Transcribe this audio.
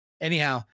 Anyhow